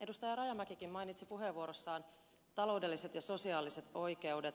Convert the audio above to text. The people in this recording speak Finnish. rajamäkikin mainitsi puheenvuorossaan taloudelliset ja sosiaaliset oikeudet